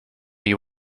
you